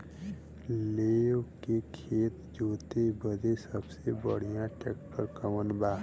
लेव के खेत जोते बदे सबसे बढ़ियां ट्रैक्टर कवन बा?